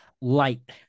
light